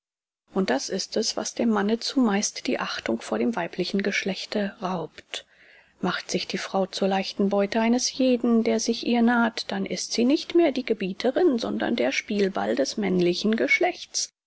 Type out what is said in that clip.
und das ist es was dem manne zumeist die achtung vor dem weiblichen geschlechte raubt macht sich die frau zur leichten beute eines jeden der sich ihr naht dann ist sie nicht mehr die gebieterin sondern der spielball des männlichen geschlechts